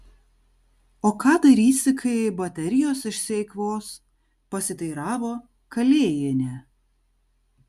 o ką darysi kai baterijos išsieikvos pasiteiravo kalėjienė